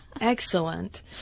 Excellent